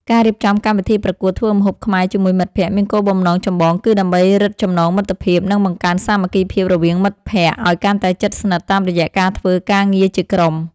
ការរៀបចំកម្មវិធីប្រកួតធ្វើម្ហូបខ្មែរជាមួយមិត្តភក្តិ មានគោលបំណងចម្បងគឺដើម្បីរឹតចំណងមិត្តភាព និងបង្កើនសាមគ្គីភាពរវាងមិត្តភក្តិឱ្យកាន់តែជិតស្និទ្ធតាមរយៈការធ្វើការងារជាក្រុម។